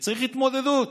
וצריך התמודדות.